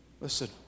Listen